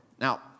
Now